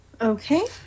Okay